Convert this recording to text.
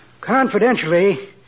confidentially